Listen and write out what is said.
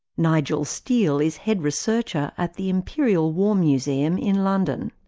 nigel steel is head researcher at the imperial war museum in london.